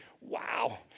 wow